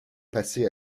passées